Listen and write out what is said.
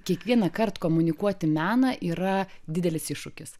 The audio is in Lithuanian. kiekvienąkart komunikuoti meną yra didelis iššūkis